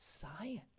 science